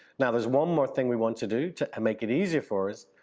now, there's one more thing we want to do to and make it easier for us,